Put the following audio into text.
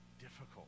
difficult